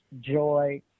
joy